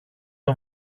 για